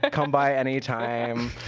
ah come by any time.